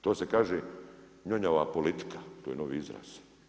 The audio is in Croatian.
To se kaže njonjova politika, to je novi izraz.